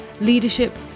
leadership